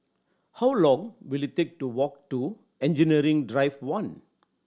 how long will it take to walk to Engineering Drive One